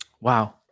Wow